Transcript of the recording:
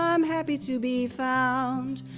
um happy to be found.